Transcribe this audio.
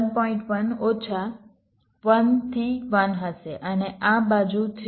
1 ઓછા 1 થી 1 હશે અને આ બાજુ 3